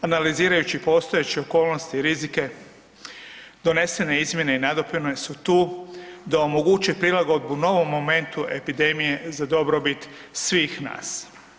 Analizirajući postojeće okolnosti i rizike donesene izmjene i napune su tu da omoguće prilagodbu novom momentu epidemije za dobrobit svih nas.